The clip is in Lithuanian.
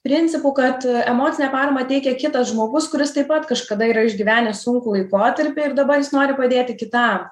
principu kad emocinę paramą teikia kitas žmogus kuris taip pat kažkada yra išgyvenęs sunkų laikotarpį ir dabar jis nori padėti kitam